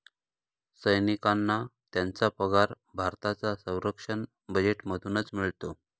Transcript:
सैनिकांना त्यांचा पगार भारताच्या संरक्षण बजेटमधूनच मिळतो